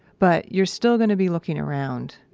but you're still going to be looking around.